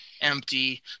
empty